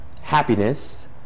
happiness